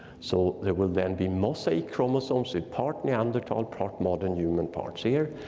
so there will then be mosaic chromosomes with part neanderthal, part modern human parts here.